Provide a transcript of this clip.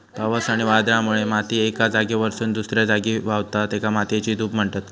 पावस आणि वादळामुळे माती एका जागेवरसून दुसऱ्या जागी व्हावता, तेका मातयेची धूप म्हणतत